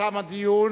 תם הדיון